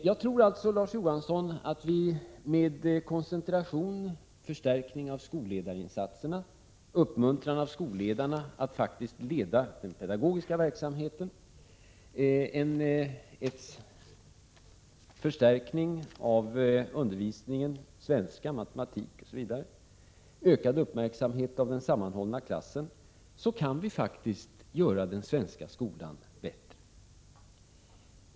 Jag tror alltså, Larz Johansson, att vi med koncentration, förstärkning av skolledarinsatserna, uppmuntran av skolledarna att faktiskt leda den pedagogiska verksamheten, förstärkning av undervisningen i svenska, matematik osv. och ökad uppmärksamhet av den sammanhållna klassen kan göra den svenska skolan bättre.